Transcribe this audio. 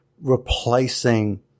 replacing